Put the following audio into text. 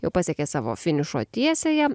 jau pasiekė savo finišo tiesiąją